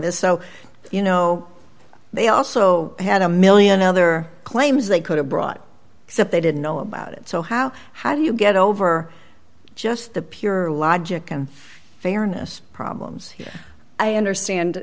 this so you know they also had a one million other claims they could have brought up they didn't know about it so how how do you get over just the pure logic and fairness problems i understand